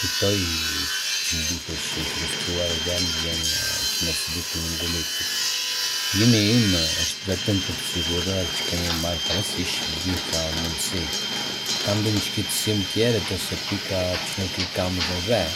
Kuptoj që ndihesh i frustruar dhe më vjen keq nëse dukem i ngulitur. Q ëllimi im është vetëm për të siguruar që kemi marrë parasysh të gjitha mundësitë. Ka ndonjë shqetësim tjetër ose pika që nuk i kam vënë re?